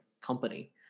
company